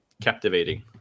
captivating